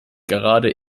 gerade